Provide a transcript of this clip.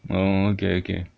oh okay okay